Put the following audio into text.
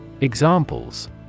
Examples